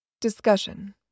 Discussion